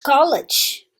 college